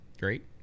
great